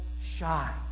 shine